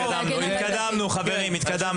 התקדמנו, חברים.